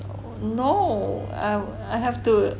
no I have to